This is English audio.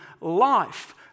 life